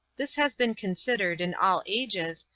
this has been considered in all ages,